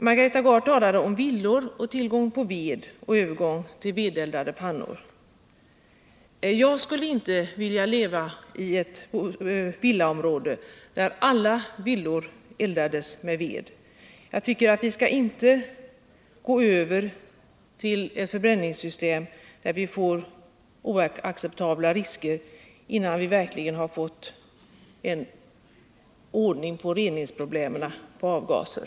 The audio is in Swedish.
Margareta Gard talade om tillgången på ved och övergång till vedeldade pannor i villor. Jag skulle inte vilja leva i ett villaområde där alla villor uppvärmdes genom vedeldning. Jag tycker inte att vi skall gå över till ett förbränningssystem med oacceptabla risker, innan vi har löst reningsproblemen vad gäller avgaser.